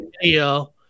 video